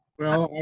well,